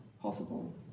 possible